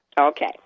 Okay